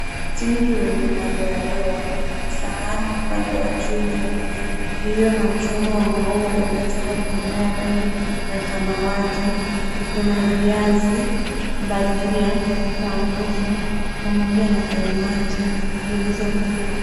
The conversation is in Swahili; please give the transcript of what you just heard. Tingi wenye madoadoa, sahani upande wa juu nyeupe iliyo na mchoro wa maua iliochorwa kutumia rangi ya samawati. iko na viazi, bajia, sambusa pamoja na kaimati zilizopikwa.